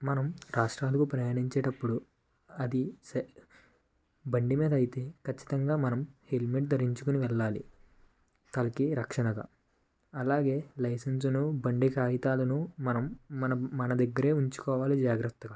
మనం రాష్ట్రాలకు ప్రయాణించేటప్పుడు అది బండి మీద అయితే ఖచ్చితంగా మనం హెల్మెట్ ధరించుకొని వెళ్ళాలి తలకి రక్షణగా అలాగే లైసెన్సును బండి కాగితాలను మనం మన దగ్గరే ఉంచుకోవాలి జాగ్రత్తగా